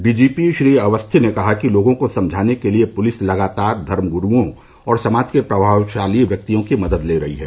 DGP Shri Awasthi ने कहा कि लोगों को समझाने के लिए पुलिस लगातार धर्मगुरुओं और समाज के प्रभावशाली व्यक्तियों की मदद ले रही है